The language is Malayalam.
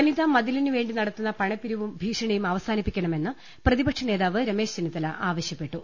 വനിതാമതിലിന് വേണ്ടി നടത്തുന്ന പണപ്പിരിവും ഭീഷണിയും അവസാനിപ്പിക്കണമെന്ന് പ്രതിപക്ഷനേതാവ് രമേശ് ചെന്നിത്തല ആവശ്യപ്പെട്ടു